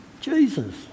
Jesus